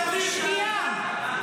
שנייה,